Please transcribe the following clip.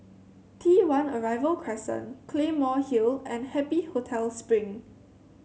T One Arrival Crescent Claymore Hill and Happy Hotel Spring